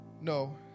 No